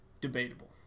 Debatable